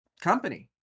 company